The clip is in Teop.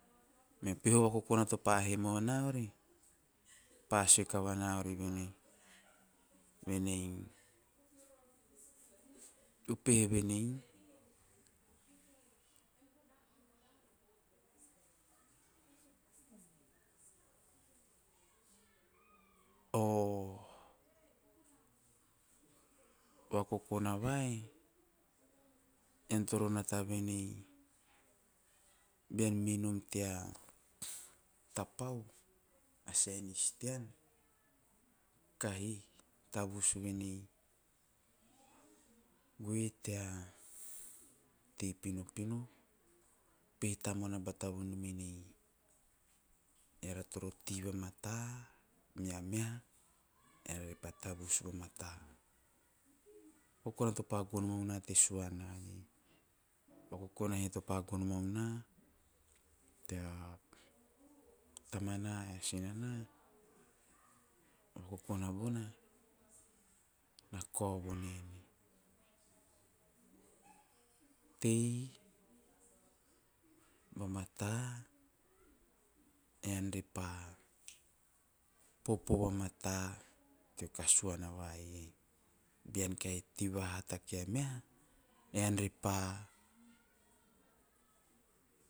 Ama advice topa he mau ana ovi pa sue venei, venei, upehe venei, o vakokona vai bean mei nom tea tapahu a senis tean kahi tavus, goe tea tei pinopino, upehe tamuana bata vonom en eara toro tei vamata ge kia meha eara re pa tavus vamata, vakokona topo gono mau na te suana iei. Vakokona topa gono mau na te tama na bo sina na kao vo nen ei tei vamata ean repa tei vamata teo kasuana va iei bean kahi tei vamata teo kasuana va iei bean kahi tei vahata kia meha ean re pa.